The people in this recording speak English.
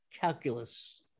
calculus